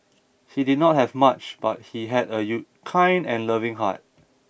he did not have much but he had a U kind and loving heart